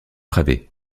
travées